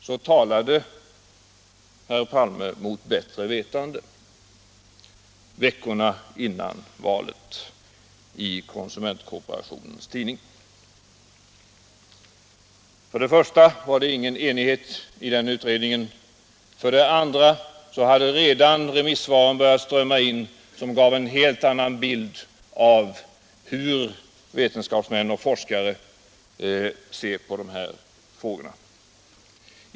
Då talade herr Palme mot bättre vetande — veckorna före valet i konsumentkooperationens tidning. För det första var det ingen enighet i den utredningen. För det andra hade redan de remissvar börjat strömma in som gav en helt annan bild av hur vetenskapsmän och forskare ser på dessa frågor.